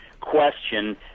question